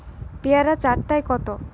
পেয়ারা চার টায় কত?